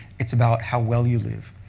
it's about how well you live.